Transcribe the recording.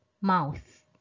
mouth